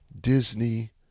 Disney